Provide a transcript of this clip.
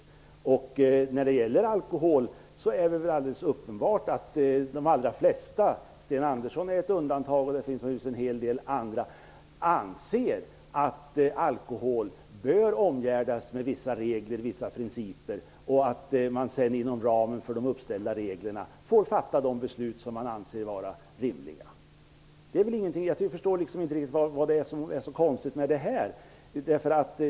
När det gäller alkohol är det väl alldeles uppenbart att de allra flesta - Sten Andersson är ett undantag och det finns naturligtvis en hel del andra - anser att alkohol bör omgärdas med vissa regler och principer. Sedan får man inom ramen för de uppställda reglerna fatta de beslut som man anser vara rimliga. Jag förstår liksom inte vad det är som är så konstigt med det här.